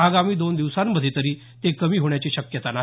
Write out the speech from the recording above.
आगामी दोन दिवसांमध्ये तरी ते कमी होण्याची शक्यता नाही